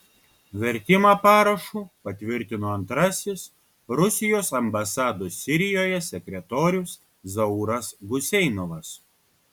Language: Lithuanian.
vertimą parašu patvirtino antrasis rusijos ambasados sirijoje sekretorius zauras guseinovas